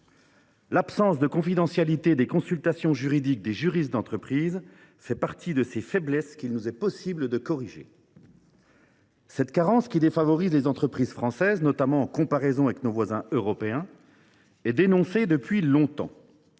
L’absence de confidentialité des consultations juridiques des juristes d’entreprise fait précisément partie de ces faiblesses qu’il nous est possible de corriger. Cette carence, qui défavorise les entreprises françaises, notamment par comparaison avec leurs voisines européennes, est dénoncée depuis longtemps.